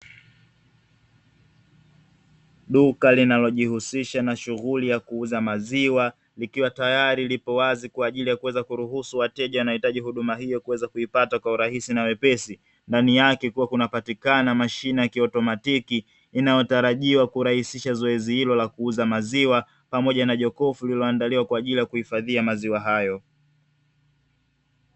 Duka linalojihusisha na shughuli ya kuuza maziwa, likiwa tayari lipo wazi kwa ajili ya kuweza kuruhusu wateja wanaohitaji huduma hiyo kuweza kuipata kwa urahisi na wepesi. Ndani yake kuwa kunapatikana mashine ya kiautomatiki inayotarajiwa kurahisisha zoezi hilo la kuuza maziwa pamoja na jokofu lililoandaliwa kwa ajili ya kuhifadhia maziwa hayo.